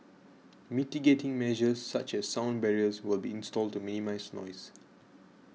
mitigating measures such as sound barriers will be installed to minimise noise